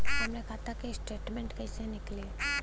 हमरे खाता के स्टेटमेंट कइसे निकली?